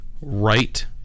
right